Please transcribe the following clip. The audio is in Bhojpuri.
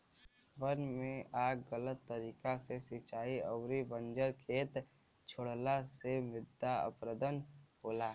वन में आग गलत तरीका से सिंचाई अउरी बंजर खेत छोड़ला से मृदा अपरदन होला